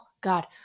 god